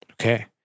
Okay